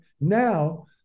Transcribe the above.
now